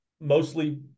mostly